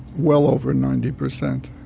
well over ninety percent.